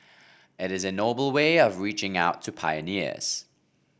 it is a noble way of reaching out to pioneers